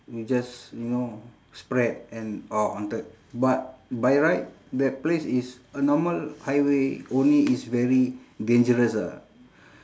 will just you know spread and orh haunted but by right that place is a normal highway only it's very dangerous ah